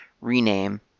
Rename